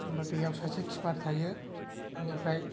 ओमफाय बेयाव सासे किपार थायो ओनिफ्राय